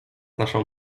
naszą